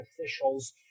officials